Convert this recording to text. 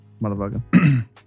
motherfucker